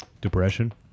Depression